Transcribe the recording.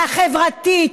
החברתית,